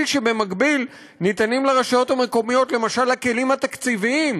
שבמקביל ניתנים לרשויות המקומיות למשל הכלים התקציביים